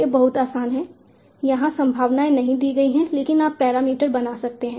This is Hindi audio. यह बहुत आसान है यहां संभावनाएं नहीं दी गई हैं लेकिन आप पैरामीटर बना सकते हैं